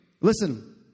listen